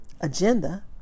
agenda